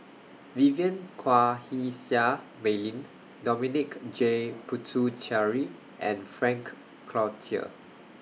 Vivien Quahe Seah Mei Lin Dominic J Puthucheary and Frank Cloutier